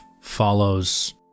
follows